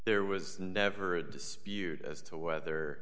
there was never a dispute as to whether